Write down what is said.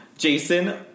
Jason